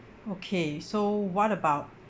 okay so what about